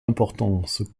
importance